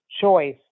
choice